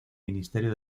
ministerio